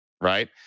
right